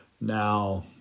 Now